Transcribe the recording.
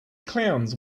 clowns